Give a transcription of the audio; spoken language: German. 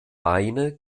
beine